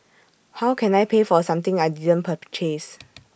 how can I pay for something I didn't purchase